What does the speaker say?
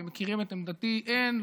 אתם מכירים את עמדתי: אין,